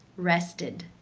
rested.